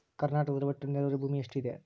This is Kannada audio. ಕರ್ನಾಟಕದಲ್ಲಿ ಒಟ್ಟು ನೇರಾವರಿ ಭೂಮಿ ಎಷ್ಟು ಇದೆ?